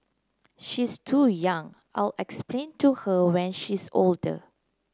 she's too young I'll explain to her when she's older